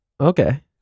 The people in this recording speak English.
Okay